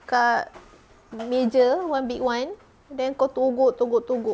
kat meja one big one then kau togok togok togok